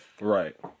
Right